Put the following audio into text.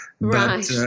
Right